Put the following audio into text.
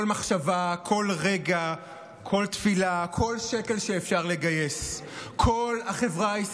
כל מחשבה, כל רגע, כל תפילה, כל שקל שאפשר לגייס.